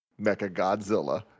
Mechagodzilla